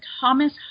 Thomas